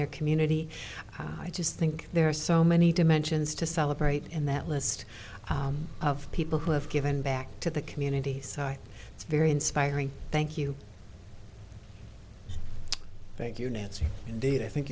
their community i just think there are so many dimensions to celebrate in that list of people who have given back to the community so it's very inspiring thank you thank you nancy indeed i think